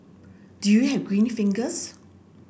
do you have green fingers